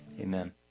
Amen